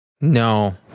No